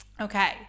Okay